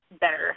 better